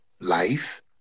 life